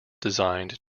designed